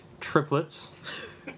triplets